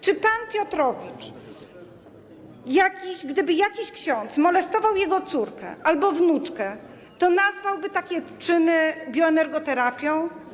Czy pan Piotrowicz, gdyby jakiś ksiądz molestował jego córkę albo wnuczkę, to nazwałby takie czyny bioenergoterapią?